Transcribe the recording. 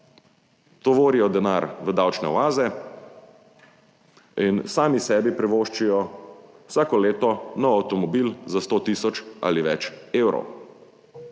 tovorijo denar v davčne oaze in sami sebi privoščijo vsako leto nov avtomobil za 100 tisoč ali več evrov.